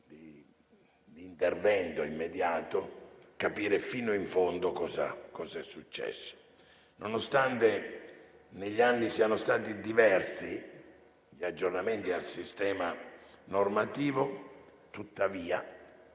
di intervento immediato, capire fino in fondo cos'è successo. Nonostante negli anni siano stati diversi gli aggiornamenti al sistema normativo, tuttavia